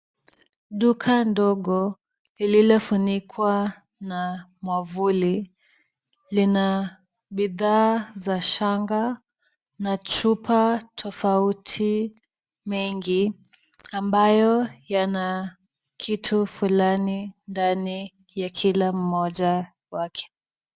Duka ndogo, lililofunikwa na mwavuli, lina bidhaa za shanga na chupa tofauti nyingi, ambayo yana kitu fulani ndani ya kila mmoja wake.